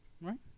Right